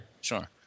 Sure